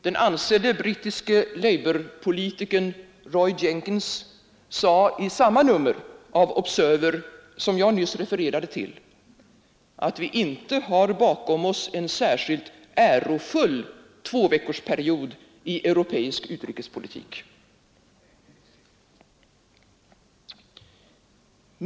Den ansedde brittiske labourpolitikern Roy Jenkins sade i samma nummer av Observer som jag nyss refererade till att vi inte har bakom oss en särskilt ärofull tvåveckorsperiod i europeisk utrikespolitik.